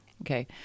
Okay